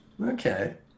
Okay